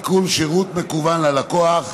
(תיקון, שירות מקוון ללקוח),